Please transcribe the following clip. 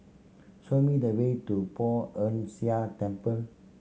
show me the way to Poh Ern Shih Temple